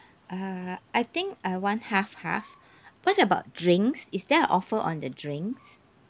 err I think I want half half what about drinks is there a offer on the drinks